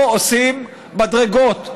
פה עושים מדרגות.